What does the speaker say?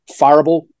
fireable